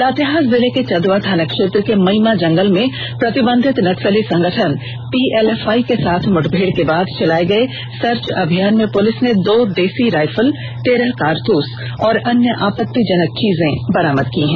लातेहार जिले के चंदवा थानाक्षेत्र के मइमा जंगल में प्रतिबंधित नक्सली संगठन पीएलएफआई के साथ मुठभेड़ के बाद चलाये गये सर्च अभियान में पुलिस ने दो देसी रायफल तेरह कारतूस और अन्य आपत्तिजनक चीजें बरामद की है